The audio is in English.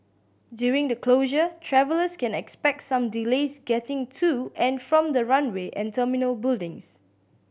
during the closure travellers can expect some delays getting to and from the runway and terminal buildings